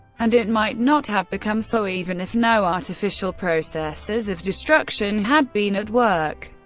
and it might not have become so, even if no artificial processes of destruction had been at work.